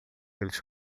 eles